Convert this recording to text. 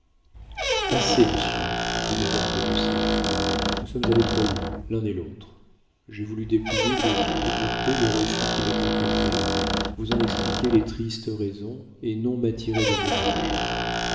assez monsieur dit madame de beauséant nous sommes allés trop loin l'un et l'autre j'ai voulu dépouiller de toute dureté le refus qui m'est imposé vous en expliquer les tristes raisons et non m'attirer des hommages